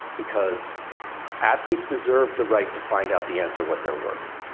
because athletes deserve the right to find out the answer, what they're worth.